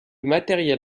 matériel